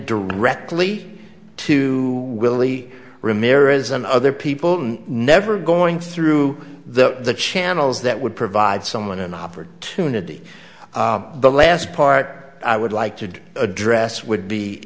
directly to willy ramirez and other people never going through the channels that would provide someone an opportunity the last part i would like to address would be